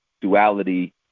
duality